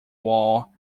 wall